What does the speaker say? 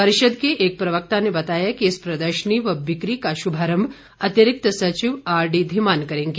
परिषद के एक प्रवक्ता ने बताया कि इस प्रदर्शनी व बिक्री का शुभारम्भ अतिरिक्त सचिव आर डी धीमान करेंगे